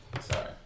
sorry